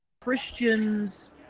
Christians